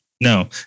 No